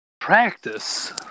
Practice